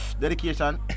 Dedication